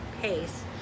pace